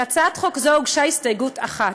להצעת חוק זו הוגשה הסתייגות אחת.